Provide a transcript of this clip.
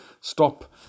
stop